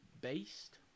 based